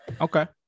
Okay